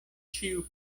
ĉio